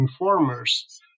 informers